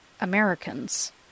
Americans